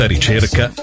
ricerca